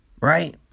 right